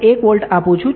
1 volt આપું છું